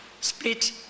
split